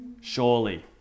Surely